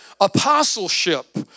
Apostleship